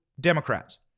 Democrats